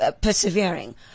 persevering